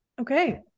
Okay